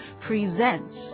presents